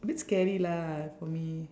a bit scary lah for me